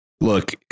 look